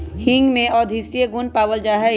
हींग में औषधीय गुण पावल जाहई